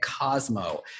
Cosmo